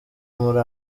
muri